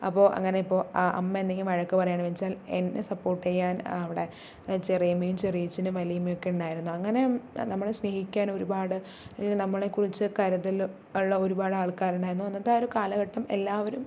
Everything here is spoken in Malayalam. അപ്പോൾ അങ്ങനെ ഇപ്പോൾ അമ്മ എന്തെങ്കിലും വഴക്ക് പറയുകയാണ് വെച്ചാൽ എന്നെ സപ്പോർട്ട് ചെയ്യാൻ അവിടെ ചെറിയമ്മയും ചെറിയച്ഛനും വല്യമ്മ ഒക്കെ ഉണ്ടായിരുന്നു അങ്ങനെ നമ്മളെ സ്നേഹിക്കാൻ ഒരുപാട് അല്ലേ നമ്മളെ കുറിച്ച് കരുതൽ ഉള്ള ഒരുപാട് ആൾക്കാരുണ്ടായിരുന്നു അന്നത്തെ ആ ഒരു കാലഘട്ടം എല്ലാവരും